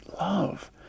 love